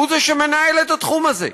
הוא זה שמנהל את התחום הזה.